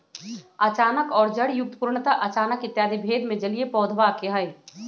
अचानक और जड़युक्त, पूर्णतः अचानक इत्यादि भेद भी जलीय पौधवा के हई